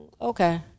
okay